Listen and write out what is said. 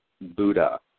Buddha